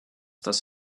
das